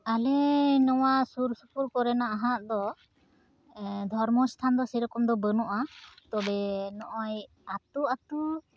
ᱟᱞᱮ ᱱᱚᱣᱟ ᱥᱩᱨᱼᱥᱩᱯᱩᱨ ᱠᱚᱨᱮᱱᱟᱜ ᱦᱚᱲᱟᱜ ᱫᱚ ᱫᱷᱚᱨᱢᱚ ᱥᱛᱷᱟᱱ ᱫᱚ ᱥᱮᱨᱚᱠᱚᱢ ᱫᱚ ᱵᱟᱹᱱᱩᱜᱼᱟ ᱛᱚᱵᱮ ᱱᱚᱜᱼᱚᱭ ᱟᱹᱛᱩᱼᱟᱹᱛᱩ